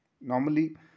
Normally